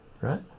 right